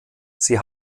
sie